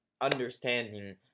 understanding